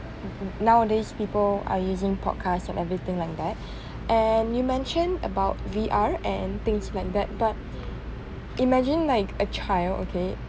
nowadays people are using podcast and everything like that and you mentioned about V_R and things like that but imagine like a child okay